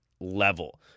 level